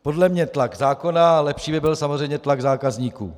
Podle mě tlak zákona, ale lepší by byl samozřejmě tlak zákazníků.